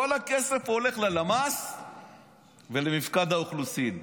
כל הכסף הולך ללמ"ס ולמפקד האוכלוסין.